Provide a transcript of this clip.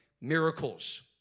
miracles